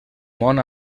món